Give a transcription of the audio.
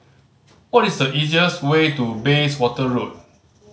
what is the easiest way to Bayswater Road